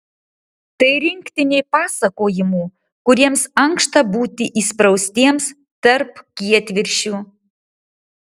tai rinktinė pasakojimų kuriems ankšta būti įspraustiems tarp kietviršių